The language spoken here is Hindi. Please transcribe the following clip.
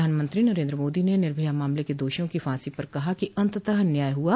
प्रधानमंत्री नरेन्द्र मोदी ने निर्भया मामले के दोषियों की फांसी पर कहा है कि अतंतः न्याय हुआ